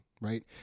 right